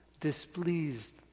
displeased